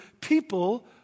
people